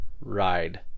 ride